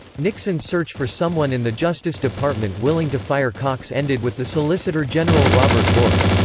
nixon's search for someone in the justice department willing to fire cox ended with the solicitor general robert bork.